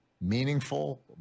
meaningful